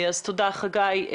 תודה, חגי.